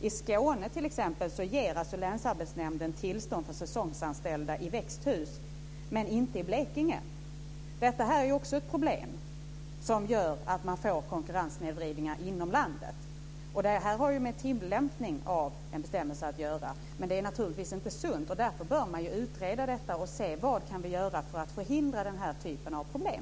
I Skåne ger Länsarbetsnämnden tillstånd för säsongsanställda i växthus. Men det gör man inte i Blekinge. Det här är också ett problem som gör att man får konkurrenssnedvridningar inom landet. Det har ju med tillämpningen av en bestämmelse att göra. Men det är naturligtvis inte sunt. Därför bör man utreda detta och se vad man kan göra för att förhindra den här typen av problem.